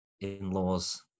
in-laws